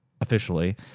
officially